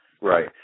Right